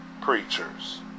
preachers